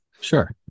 Sure